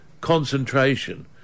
concentration